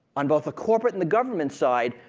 on both the corporate and the government side,